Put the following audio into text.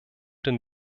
den